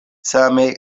same